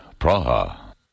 Praha